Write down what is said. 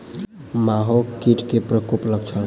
माहो कीट केँ प्रकोपक लक्षण?